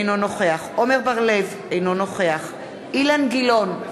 אינו נוכח עמר בר-לב, אינו נוכח אילן גילאון,